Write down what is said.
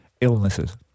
Illnesses